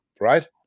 Right